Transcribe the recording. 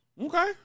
Okay